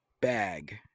bag